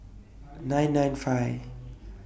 nine nine five